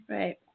right